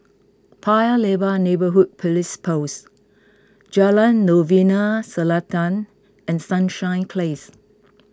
Paya Lebar Neighbourhood Police Post Jalan Novena Selatan and Sunshine Place